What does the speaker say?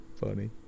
funny